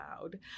Loud